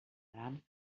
gran